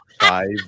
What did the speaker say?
five